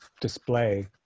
display